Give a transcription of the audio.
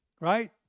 right